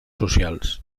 socials